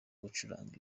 gucuranga